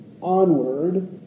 onward